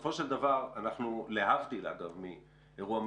בסופו של דבר, להבדיל מאירוע מלחמתי,